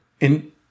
and-